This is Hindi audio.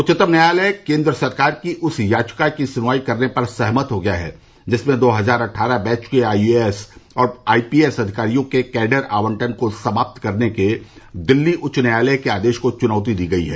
उच्चतम न्यायालय केन्द्र सरकार की उस याचिका की सुनवाई करने पर सहमत हो गया है जिसमें दो हजार अट्ठारह बैच के आईएएस और आईपीएस अधिकारियों के कैडर आवंटन को समाप्त करने के दिल्ली उच्च न्यायालय के आदेश को चुनौती दी गई है